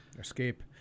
escape